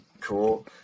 cool